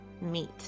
meet